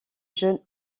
jeune